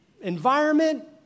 environment